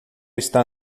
está